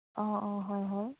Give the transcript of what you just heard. অঁ অঁ হয় হয়